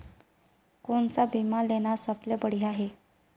कोन स बीमा लेना सबले बढ़िया हे?